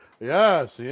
Yes